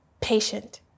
patient